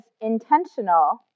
intentional